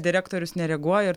direktorius nereaguoja ir